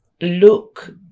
look